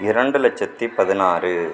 இரண்டு லட்சத்து பதினாறு